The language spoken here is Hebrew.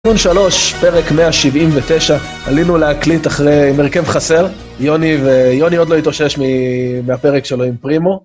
פרק 3, פרק 179, עלינו להקליט אחרי עם הרכב חסר, יוני, יוני עוד לא התאושש מהפרק שלו עם פרימו